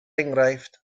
enghraifft